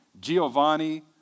Giovanni